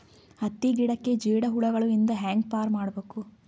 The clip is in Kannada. ಹತ್ತಿ ಗಿಡಕ್ಕೆ ಜೇಡ ಹುಳಗಳು ಇಂದ ಹ್ಯಾಂಗ್ ಪಾರ್ ಮಾಡಬೇಕು?